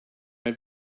have